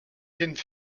viennent